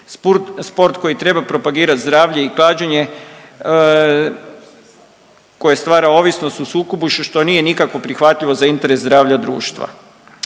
Sport koji treba propagirati zdravlje i klađenje koje stvara ovisnost u sukobu su, što nije nikako prihvatljivo za interes zdravlja društva.